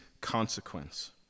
consequence